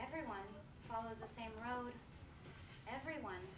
everyone follows the same road everyone